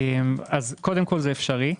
קודם כל, זה אפשרי.